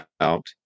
out